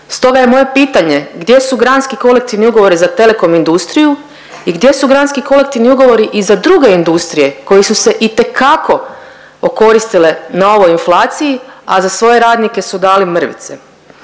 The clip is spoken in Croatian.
Stoga je moje pitanje gdje su granski kolektivni ugovori za telekom industriju i gdje su granski kolektivni ugovori i za druge industrije koje su se itekako okoristile na ovoj inflaciji, a za svoje radnike su dali mrvice.